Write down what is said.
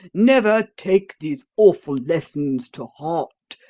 never take these awful lessons to heart?